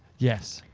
yes.